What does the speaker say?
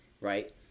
right